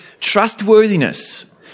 Trustworthiness